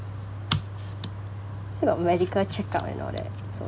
still got medical check up and all that so ya